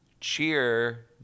cheer